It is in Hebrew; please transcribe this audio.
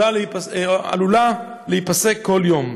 עלולה להיפסק כל יום.